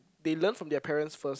they learn from their parents first